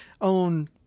own